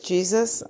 Jesus